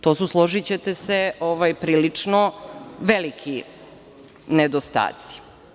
To su, složićete se, prilično veliki nedostaci.